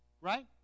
Right